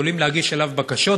יכולים להגיש אליו בקשות,